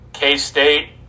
K-State